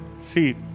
see